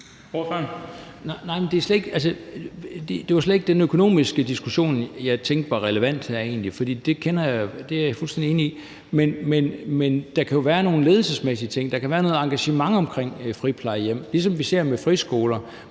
det var slet ikke den økonomiske diskussion, jeg tænkte var relevant her, egentlig. For det er jeg fuldstændig enig i. Men der kan jo være nogle ledelsesmæssige ting, der kan være noget engagement omkring et friplejehjem, ligesom vi ser med friskoler,